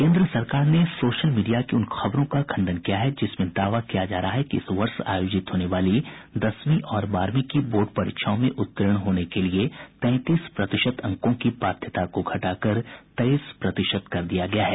केन्द्र सरकार ने सोशल मीडिया की उन खबरों का खंडन किया है जिसमें दावा किया जा रहा है कि इस वर्ष आयोजित होने वाली दसवीं और बारहवीं की बोर्ड परीक्षाओं में उत्तीर्ण होने के लिये तैंतीस प्रतिशत अंकों की बाध्यता को घटाकर तेईस प्रतिशत कर दिया गया है